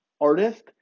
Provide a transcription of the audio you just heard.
artist